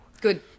good